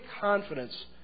confidence